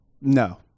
No